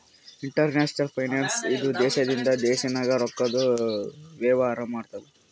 international finance ಇದು ದೇಶದಿಂದ ದೇಶ ನಾಗ್ ರೊಕ್ಕಾದು ವೇವಾರ ಮಾಡ್ತುದ್